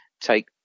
take